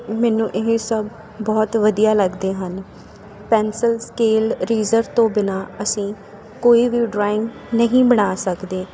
ਮੈਨੂੰ ਇਹ ਸਭ ਬਹੁਤ ਵਧੀਆ ਲੱਗਦੇ ਹਨ ਪੈਨਸਲ ਸਕੇਲ ਰੇਜ਼ਰ ਤੋਂ ਬਿਨ੍ਹਾਂ ਅਸੀਂ ਕੋਈ ਵੀ ਡਰਾਇੰਗ ਨਹੀਂ ਬਣਾ ਸਕਦੇ